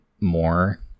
more